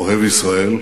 אוהב ישראל.